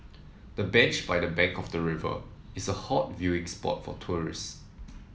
the bench by the bank of the river is a hot viewing spot for tourists